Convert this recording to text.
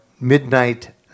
midnight